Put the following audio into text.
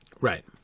Right